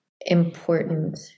important